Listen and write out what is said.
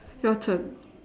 your turn